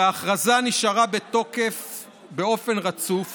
וההכרזה נשארה בתוקף באופן רצוף